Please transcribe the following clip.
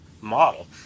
model